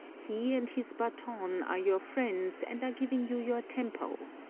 he and his baton are your friends and are giving you your tempo.